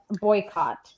boycott